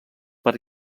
per